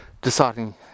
deciding